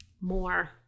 more